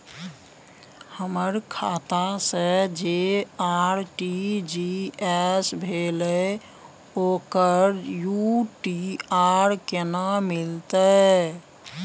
हमर खाता से जे आर.टी.जी एस भेलै ओकर यू.टी.आर केना मिलतै?